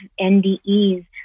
NDEs